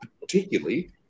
particularly